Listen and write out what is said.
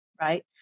right